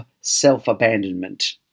self-abandonment